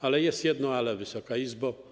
Ale jest jedno „ale”, Wysoka Izbo.